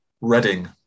Reading